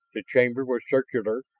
the chamber was circular,